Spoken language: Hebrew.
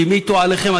שהמיטו עליכם,